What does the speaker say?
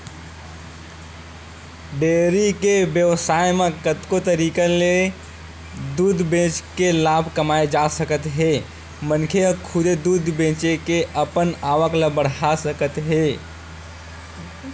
dairy के बेवसाय म कतको तरीका ले दूद बेचके लाभ कमाए जा सकत हे मनखे ह खुदे दूद बेचे के अपन आवक ल बड़हा सकत हे